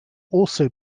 also